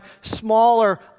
smaller